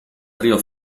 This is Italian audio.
trio